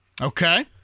Okay